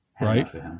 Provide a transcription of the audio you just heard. Right